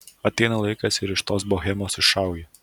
ateina laikas ir iš tos bohemos išaugi